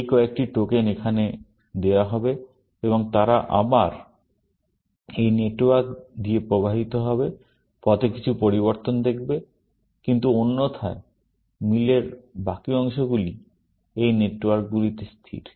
এই কয়েকটি টোকেন এখানে দেওয়া হবে এবং তারা আবার এই নেটওয়ার্ক দিয়ে প্রবাহিত হবে এবং পথে কিছু পরিবর্তন করবে কিন্তু অন্যথায় মিলের বাকি অংশগুলি এই নেটওয়ার্কগুলিতে স্থির